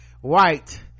White